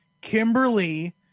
Kimberly